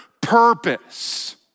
purpose